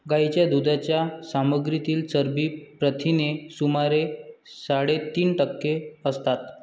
गायीच्या दुधाच्या सामग्रीतील चरबी प्रथिने सुमारे साडेतीन टक्के असतात